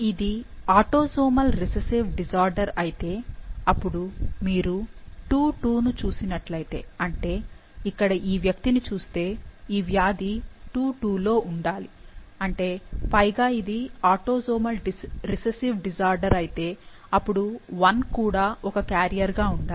ఇది autosomal recessive disorder అయితే అపుడు మీరు II 2 ను చూసినట్లయితే అంటే ఇక్కడ ఈవ్యక్తి ని చూస్తే ఈ వ్యాధి II 2లో ఉండాలి అంటే పైగా ఇది ఆటోసోమల్ రిసెసివ్ డిజార్డర్ అయితే అపుడు 1 కూడా ఒక క్యారియర్గా ఉండాలి